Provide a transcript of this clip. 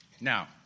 Now